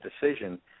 decision